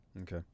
okay